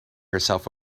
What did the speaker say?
herself